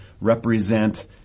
represent